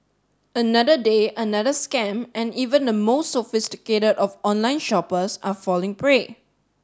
another day another scam and even the most sophisticated of online shoppers are falling prey